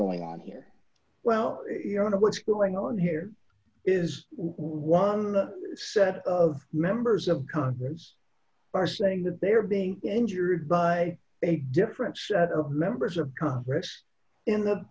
going on here well i don't know what's going on here is one set of members of congress are saying that they are being injured by a different set of members of congress